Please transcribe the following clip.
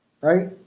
right